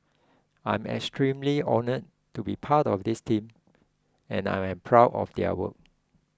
I'm extremely honoured to be part of this team and I am proud of their work